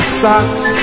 socks